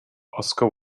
oscar